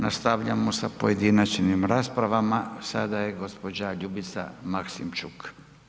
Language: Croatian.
Nastavljamo sa pojedinačnim raspravama, sada je gđa. Ljubica Maksimčuk.